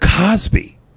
Cosby